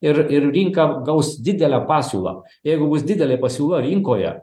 ir ir rinka gaus didelę pasiūlą jeigu bus didelė pasiūla rinkoje